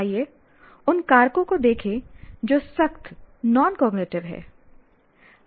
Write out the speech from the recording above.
आइए उन कारकों को देखें जो वास्तव में नॉन कॉग्निटिव हैं